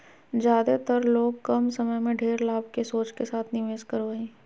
ज्यादेतर लोग कम समय में ढेर लाभ के सोच के साथ निवेश करो हइ